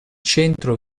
centro